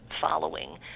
following